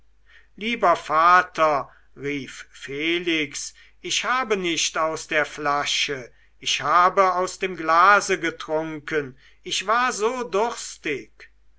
lieber vater rief felix ich habe nicht aus der flasche ich habe aus dem glase getrunken ich war so durstig